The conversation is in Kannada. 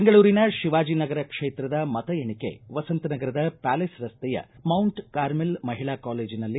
ಬೆಂಗಳೂರಿನ ಶಿವಾಜಿನಗರ ಕ್ಷೇತ್ರದ ಮತ ಎಣಿಕೆ ಮಸಂತನಗರದ ಪ್ಯಾಲೇಸ್ ರಸ್ತೆಯ ಮೌಂಟ್ ಕಾರ್ಮೆಲ್ ಮಹಿಳಾ ಕಾಲೇಜಿನಲ್ಲಿ